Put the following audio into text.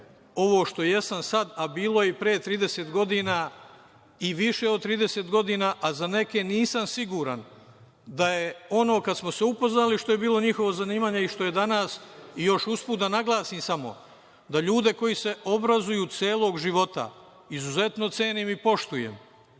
ovo što jesam sad, a bilo je i pre 30 godina i više od 30 godina, a za neke nisam siguran da je ono kad smo se upoznali, što je bilo njihovo zanimanje i što je danas i još usput da naglasim samo, da ljude koji se obrazuju celog života izuzetno cenim i poštujem.